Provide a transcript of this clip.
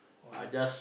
I just